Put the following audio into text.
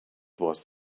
was